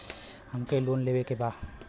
हमके लोन लेवे के बा?